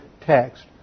text